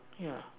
ya